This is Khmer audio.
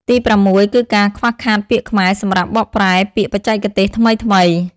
ទីប្រាំមួយគឺការខ្វះខាតពាក្យខ្មែរសម្រាប់បកប្រែពាក្យបច្ចេកទេសថ្មីៗ។